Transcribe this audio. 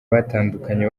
batandukanye